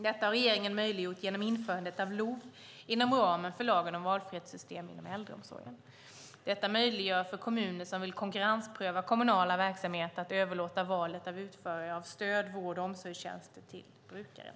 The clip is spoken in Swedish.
Detta har regeringen möjliggjort genom införandet av LOV inom ramen för lagen om valfrihetssystem inom äldreomsorgen. Detta möjliggör för kommuner som vill konkurrenspröva kommunala verksamheter att överlåta valet av utförare av stöd, vård och omsorgstjänster till brukaren.